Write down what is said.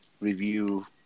review